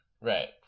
Right